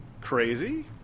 crazy